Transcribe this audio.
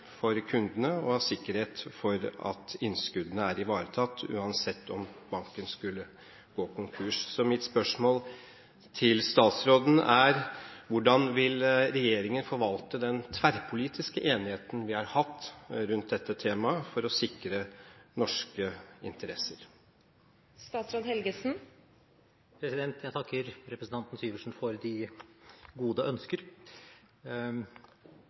for kundene å ha sikkerhet for at innskuddene er ivaretatt uansett om banken skulle gå konkurs. Så mitt spørsmål til statsråden er: Hvordan vil regjeringen forvalte den tverrpolitiske enigheten vi har hatt rundt dette temaet, for å sikre norske interesser? Jeg takker representanten Syversen for de gode ønsker.